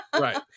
Right